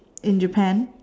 in Japan